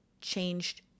changed